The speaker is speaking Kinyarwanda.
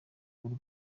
urugo